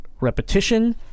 repetition